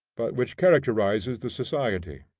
but which characterizes the society.